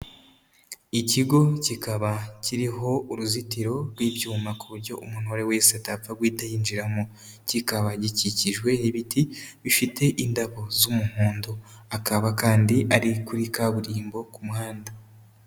Ikigo kikaba kiriho uruzitiro rw'ibyuma ku buryo umuntu uwo ari we wese atapfa guhita yinjiramo, kikaba gikikijwe n'ibiti bifite indabo z'umuhondo, akaba kandi ari kuri kaburimbo ku muhanda.